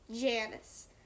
Janice